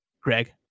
Greg